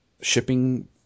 shipping